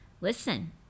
listen